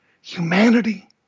humanity